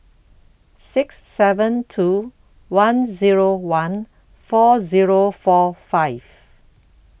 six seven two one Zero one four Zero four five